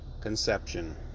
Conception